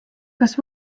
kas